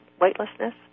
weightlessness